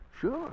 sure